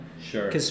Sure